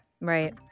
Right